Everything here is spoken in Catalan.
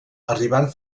arribant